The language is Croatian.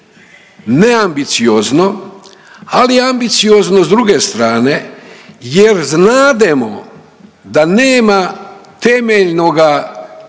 neambiciozno, ali je ambiciozno s druge strane jer znademo da nema temeljnoga,